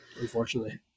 Unfortunately